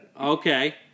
Okay